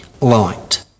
light